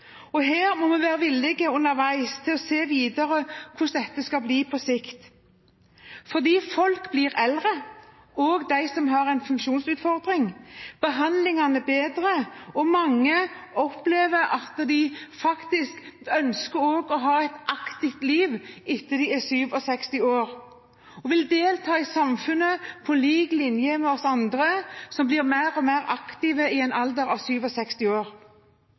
år. Her må vi være villige underveis til å se videre på hvordan dette skal bli på sikt, for folk blir eldre, også de som har en funksjonsutfordring. Behandlingene er bedre, og mange opplever at de faktisk også ønsker å ha et aktivt liv etter at de er 67 år, og vil delta i samfunnet på lik linje med oss andre, som blir mer og mer aktive i en alder av 67 år.